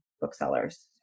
booksellers